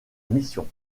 mission